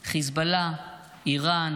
חיזבאללה, איראן,